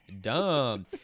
dumb